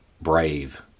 brave